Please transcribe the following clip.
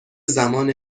زمان